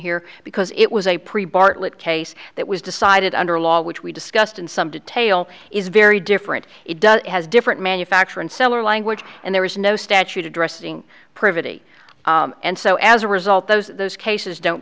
here because it was a pre bartlett case that was decided under a law which we discussed in some detail is very different it does it has different manufacture and seller language and there is no statute addressing privity and so as a result those those cases don't